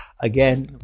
again